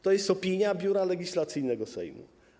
To jest opinia Biura Legislacyjnego Sejmu.